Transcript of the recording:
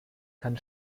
kann